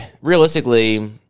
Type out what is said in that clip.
realistically